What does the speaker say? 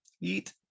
eat